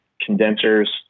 condensers